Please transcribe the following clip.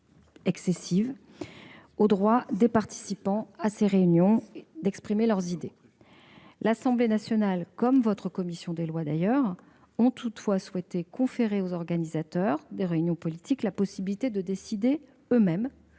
excessive au droit des participants de se réunir et d'exprimer leurs idées. L'Assemblée nationale, comme la commission des lois du Sénat, a toutefois souhaité conférer aux organisateurs des réunions politiques la possibilité de décider eux-mêmes